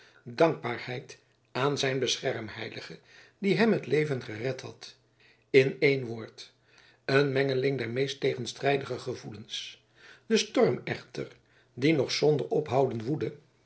dankbaarheid aan zijn beschermheilige die hem het leven gered had in één woord een mengeling der meest tegenstrijdige gevoelens de storm echter die nog zonder ophouden woedde